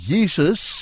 Jesus